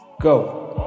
go